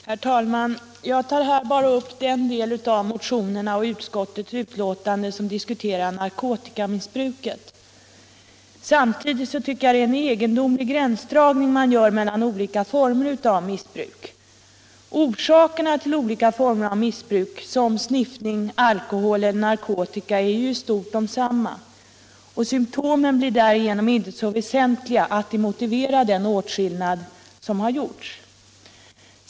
Herr talman! Jag tar här bara upp den del av motionerna och utskottets betänkande som berör narkotikamissbruket. Samtidigt tycker jag att det är en egendomlig gränsdragning man gör mellan olika former av missbruk, som sniffning, alkoholbruk och användning av narkotika. Orsakerna är i stort desamma, och symtomen blir därigenom inte så väsentliga att de motiverar den åtskillnad som har gjorts.